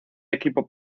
equipo